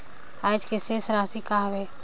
आज के शेष राशि का हवे?